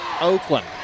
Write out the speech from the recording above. Oakland